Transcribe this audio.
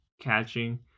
catching